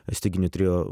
styginių trio